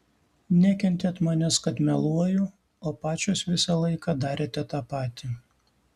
nekentėt manęs kad meluoju o pačios visą laiką darėte tą patį